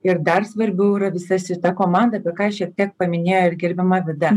ir dar svarbiau yra visa sita komanda apie ką šiek tiek paminėjo ir gerbiama vida